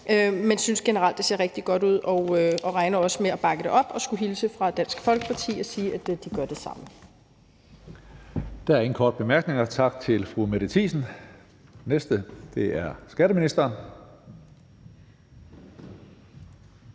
men jeg synes, at det generelt ser rigtig godt ud og regner også med at bakke det op. Og jeg skulle hilse fra Dansk Folkeparti og sige, at de gør det samme.